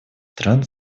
стран